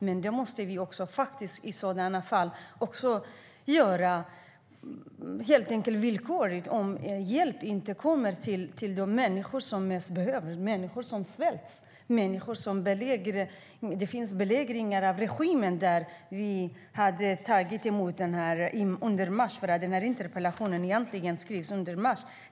Men jag tycker att om hjälp inte når de människor som mest behöver det, människor som svälter, måste vi i så fall också göra det villkorligt helt enkelt. Det finns områden som regimen belägrar och som har tagit emot bistånd där människor svälter. Interpellationen skrevs egentligen i mars.